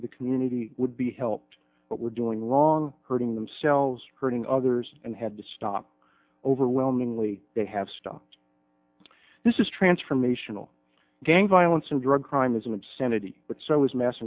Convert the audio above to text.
of the community would be helped but were doing wrong hurting themselves hurting others and had to stop overwhelmingly they have stopped this is transformational gang violence and drug crime is an obscenity but so is mass